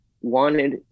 wanted